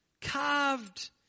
carved